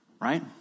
Right